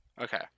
Okay